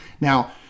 Now